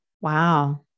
Wow